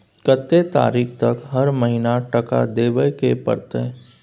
कत्ते तारीख तक हर महीना टका देबै के परतै?